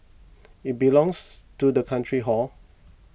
it belongs to the country hor